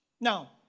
Now